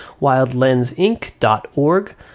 wildlensinc.org